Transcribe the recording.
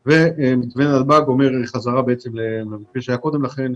לעלות; ומתווה נתב"ג אומר חזרה למה שהיה קודם לכן,